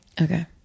Okay